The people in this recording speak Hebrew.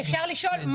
אפשר לשאול?